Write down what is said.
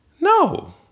No